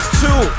two